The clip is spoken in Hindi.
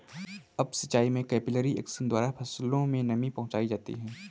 अप सिचाई में कैपिलरी एक्शन द्वारा फसलों में नमी पहुंचाई जाती है